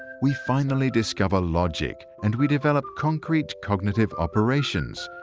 we finally discover logic and we develop concrete cognitive operations,